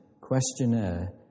questionnaire